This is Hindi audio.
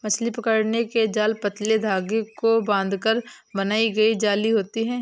मछली पकड़ने के जाल पतले धागे को बांधकर बनाई गई जाली होती हैं